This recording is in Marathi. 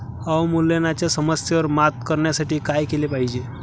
अवमूल्यनाच्या समस्येवर मात करण्यासाठी काय केले पाहिजे?